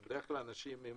שזה בדרך כלל אנשים עם